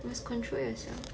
must control yourself